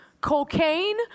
Cocaine